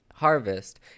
Harvest